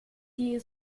die